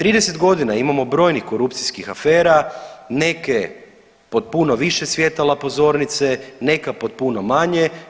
30 godina imamo brojnih korupcijskih afera, neke pod puno više svjetala pozornice, neka pod puno manje.